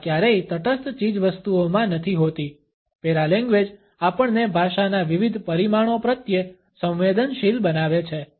ભાષા ક્યારેય તટસ્થ ચીજવસ્તુઓમાં નથી હોતી પેરાલેંગ્વેજ આપણને ભાષાના વિવિધ પરિમાણો પ્રત્યે સંવેદનશીલ બનાવે છે